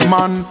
Man